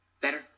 Better